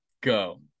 go